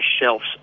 shelves